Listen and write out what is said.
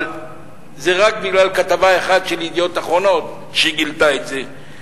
אבל זה עלה רק בגלל כתבה אחת של "ידיעות אחרונות" שגילתה את זה.